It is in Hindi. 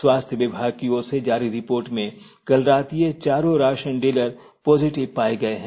स्वास्थ्य विभाग की ओर से जारी रिपोर्ट में कल रात ये चारों राशन डीलर पॉजिटिव पाये गए हैं